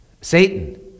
Satan